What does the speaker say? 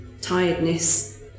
tiredness